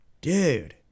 dude